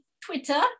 twitter